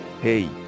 hey